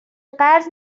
قرض